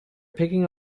picking